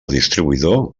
distribuïdor